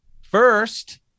first